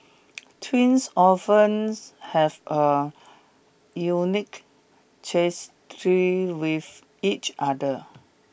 twins oftens have a unique with each other